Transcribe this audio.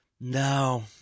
No